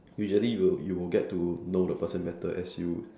usually you you will get to know the person better as you